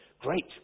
great